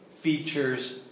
features